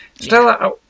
Stella